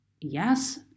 yes